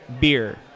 Beer